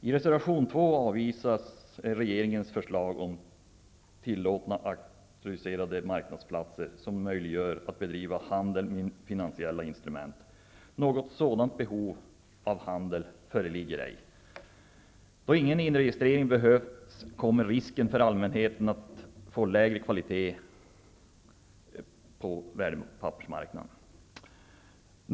I reservation 2 avvisas regeringens förslag om att tillåta auktoriserade marknadsplatser som möjliggör bedrivandet av handel med hjälp av finansiella instrument. Något behov av en sådan handel föreligger ej. Då ingen inregistrering behövs kommer risken för allmänheten att få lägre kvalitet att öka markant på värdepappersmarknaden.